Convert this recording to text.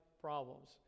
problems